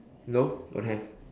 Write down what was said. no don't have